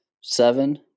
Seven